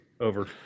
over